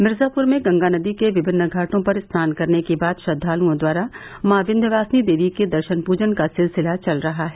मिर्जापूर में गंगा नदी के विभिन्न घाटों पर स्नान करने के बाद श्रद्वालुओं द्वारा माँ विन्ध्यवासिनी देवी के दर्शन पूजन का सिलसिला चल रहा है